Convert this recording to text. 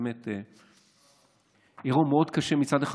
שמצד אחד